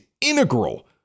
integral